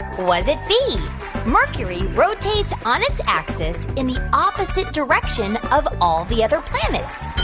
was it b mercury rotates on its axis in the opposite direction of all the other planets?